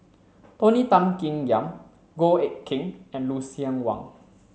Tony Tan Keng Yam Goh Eck Kheng and Lucien Wang